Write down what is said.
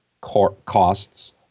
costs